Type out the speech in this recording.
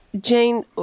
Jane